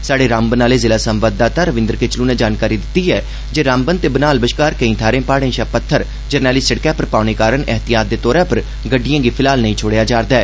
स्हाड़े रामबन आह्ले जिला संवाददाता रविन्द्र किचलू नै जानकारी दित्ती ऐ जे रामबन ते बनिहाल बष्कार केई थाहरे प्हाड़े षा पत्थर जरनैली सिड़का पर पौने कारण ऐहतियात दे तौरा पर गड़िडएं गी फिलहाल नेई छोड़ेआ जा रदा ऐ